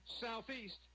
Southeast